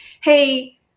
Hey